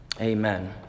Amen